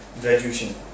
graduation